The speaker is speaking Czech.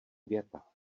věta